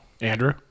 Andrew